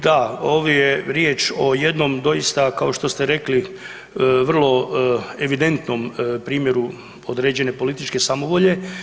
Da, ovdje je riječ o jednom doista kao što ste rekli vrlo evidentnom primjeru određene političke samovolje.